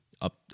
up